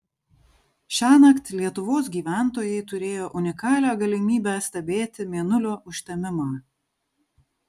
šiąnakt lietuvos gyventojai turėjo unikalią galimybę stebėti mėnulio užtemimą